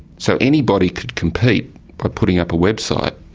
so anybody could compete by putting up a website,